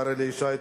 השר אלי ישי,